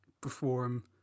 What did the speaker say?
perform